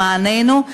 למעננו,